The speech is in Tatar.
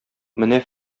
менә